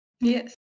Yes